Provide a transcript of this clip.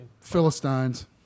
Philistines